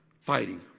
fighting